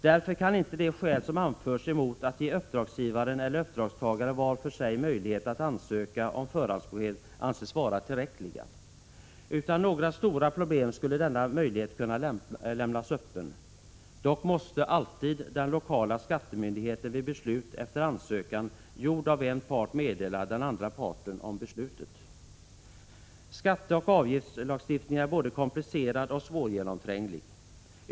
Därför kan inte de skäl som anförts emot att ge uppdragsgivare eller uppdragstagare var för sig möjlighet att ansöka om förhandsbesked anses vara tillräckliga. Denna möjlighet skulle kunna lämnas öppen utan att det skulle medföra några stora problem. Dock måste alltid lokala skattemyndigheten vid beslut efter ansökan gjord av endast en part meddela den andra parten beslutet. Skatteoch avgiftslagstiftningen är både komplicerad och svårgenomtränglig.